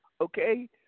Okay